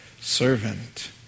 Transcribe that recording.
servant